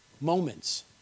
moments